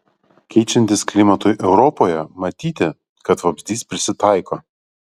keičiantis klimatui europoje matyti kad vabzdys prisitaiko